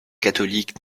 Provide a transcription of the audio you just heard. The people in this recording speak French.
catholiques